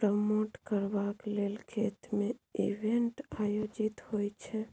promote करबाक लेल खेत मे इवेंट आयोजित होइ छै